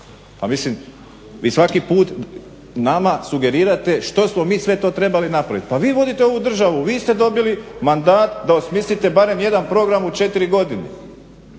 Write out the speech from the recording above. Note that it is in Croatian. Pa mislim, vi svaki put nama sugerirate što smo mi sve to trebali napraviti. Pa vi vodite ovu državu, vi ste dobili mandat da osmislite barem jedan program u četiri godine.